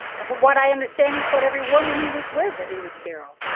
and from what i understand, he told every woman he was with that he was sterile